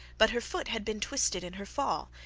but her foot had been twisted in her fall,